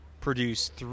produced